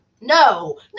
no